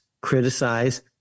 criticize